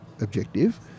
objective